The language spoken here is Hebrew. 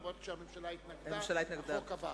ואף-על-פי שהממשלה התנגדה החוק עבר.